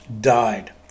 died